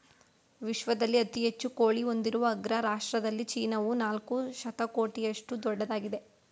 ವಿಶ್ವದಲ್ಲಿ ಅತಿ ಹೆಚ್ಚು ಕೋಳಿ ಹೊಂದಿರುವ ಅಗ್ರ ರಾಷ್ಟ್ರದಲ್ಲಿ ಚೀನಾವು ನಾಲ್ಕು ಶತಕೋಟಿಯಷ್ಟು ದೊಡ್ಡದಾಗಿದೆ